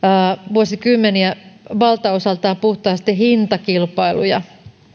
vuosikymmeniä valtaosaltaan puhtaasti hintakilpailuja